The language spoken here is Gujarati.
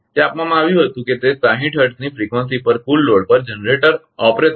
તે આપવામાં આવ્યું હતું કે તે 60 હર્ટ્ઝની ફ્રીકવંસી પર ફુલ લોડ પર જનરેટર ઓપરેશન 200 એમ